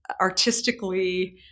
artistically